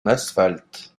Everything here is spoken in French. asphalte